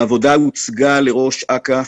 העבודה הוצגה לראש אכ"א,